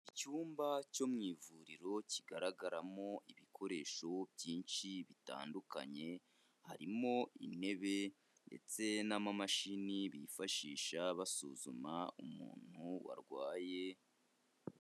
Icyumba cyo mu ivuriro kigaragaramo ibikoresho byinshi bitandukanye, harimo intebe ndetse n'amamashini bifashisha basuzuma umuntu warwaye.